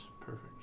perfect